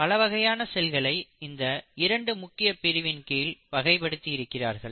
பல வகையான செல்களை இந்த இரண்டு முக்கிய பிரிவின்கீழ் வகைப்படுத்தி இருக்கிறார்கள்